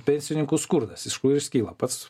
pensininkų skurdas iš kur jis kyla pats